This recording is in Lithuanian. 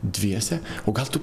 dviese o gal tu